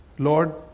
Lord